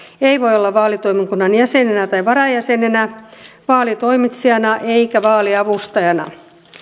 ei voi olla vaalitoimikunnan jäsenenä tai varajäsenenä vaalitoimitsijana eikä vaaliavustajana